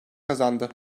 kazandı